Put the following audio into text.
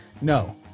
No